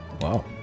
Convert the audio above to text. Wow